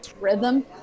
rhythm